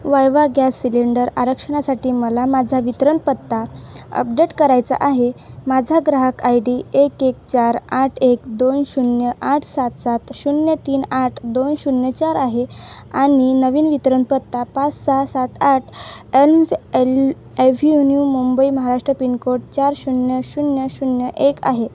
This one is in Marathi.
वायवा गॅस सिलेंडर आरक्षणासाठी मला माझा वितरण पत्ता अपडेट करायचा आहे माझा ग्राहक आय डी एक एक चार आठ एक दोन शून्य आठ सात सात शून्य तीन आठ दोन शून्य चार आहे आणि नवीन वितरण पत्ता पाच सहा सात आठ ML avenue Mumbai Maharashtra pincode चार शून्य शून्य शून्य एक आहे